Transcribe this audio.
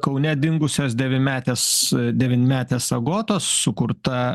kaune dingusios devynmetės devynmetės agotos sukurta